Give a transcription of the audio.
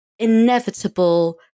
inevitable